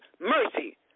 mercy